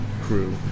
crew